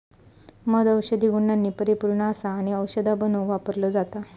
मध औषधी गुणांनी परिपुर्ण असा आणि औषधा बनवुक वापरलो जाता